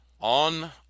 on